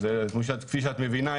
אז כפי שאת מבינה,